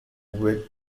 which